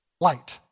light